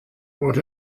what